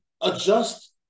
adjust